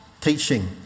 teaching